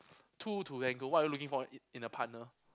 two to tango what are you looking for in in a partner